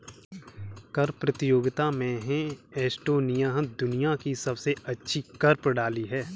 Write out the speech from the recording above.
कर प्रतियोगिता में एस्टोनिया दुनिया की सबसे अच्छी कर प्रणाली है